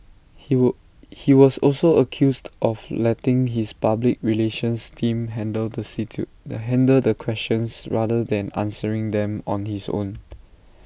he were he was also accused of letting his public relations team handle the see to the handle the questions rather than answering them on his own